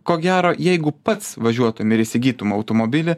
ko gero jeigu pats važiuotum ir įsigytum automobilį